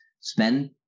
spend